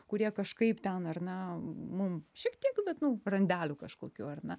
kurie kažkaip ten ar ne mum šiek tiek bet nu randelių kažkokiu ar ne